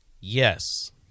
Yes